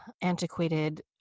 antiquated